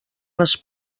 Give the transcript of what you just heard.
les